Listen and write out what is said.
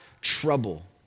trouble